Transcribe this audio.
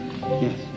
Yes